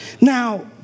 Now